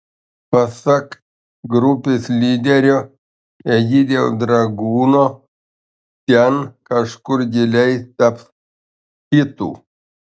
pasak grupės lyderio egidijaus dragūno ten kažkur giliai taps hitu